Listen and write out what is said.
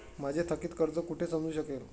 माझे थकीत कर्ज कुठे समजू शकेल?